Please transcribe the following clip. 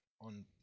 on